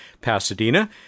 Pasadena